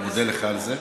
אני מודה לך על זה.